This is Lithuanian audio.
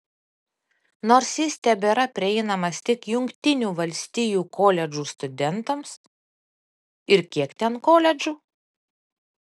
nors jis tebėra prieinamas tik jungtinių valstijų koledžų studentams ir kiek ten koledžų